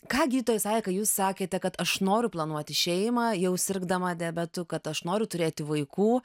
ką gydytojai sakė kad jūs sakėte kad aš noriu planuoti šeimą jau sirgdama diabetu kad aš noriu turėti vaikų